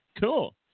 cool